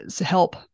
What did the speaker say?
help